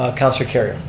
ah councilor kerrio.